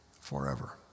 forever